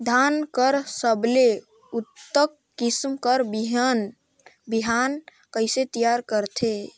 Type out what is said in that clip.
धान कर सबले उन्नत किसम कर बिहान कइसे तियार करथे?